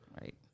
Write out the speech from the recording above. right